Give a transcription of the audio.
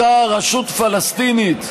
אותה רשות פלסטינית,